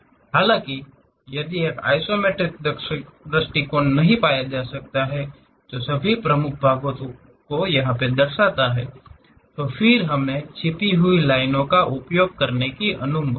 हालाँकि यदि एक आइसोमेट्रिक दृष्टिकोण नहीं पाया जा सकता है जो सभी प्रमुख भागो को दर्शाता है तो फिर हमें छिपी हुई लाइनों का उपयोग करने की अनुमति है